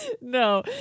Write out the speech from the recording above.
No